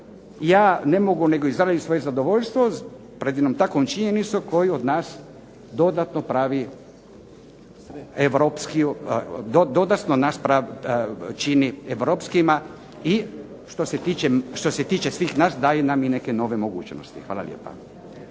Ja ne mogu nego izrazit svoje zadovoljstvo pred jednom takvom činjenicom koju od nas dodatno pravi, dodatno čini europskijima i što se tiče svih nas daje nam i neke nove mogućnosti. Hvala lijepa.